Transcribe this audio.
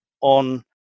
on